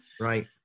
right